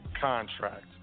contract